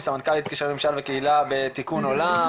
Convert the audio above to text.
היא סמנכ"לית קשרי ממשל וקהילה בתיקון עולם